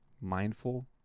mindful